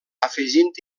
afegint